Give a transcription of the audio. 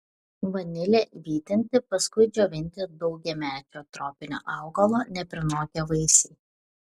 vanilė vytinti paskui džiovinti daugiamečio tropinio augalo neprinokę vaisiai